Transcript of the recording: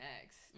next